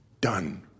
done